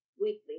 weekly